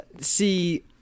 See